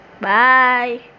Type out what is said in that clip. Bye